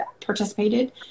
participated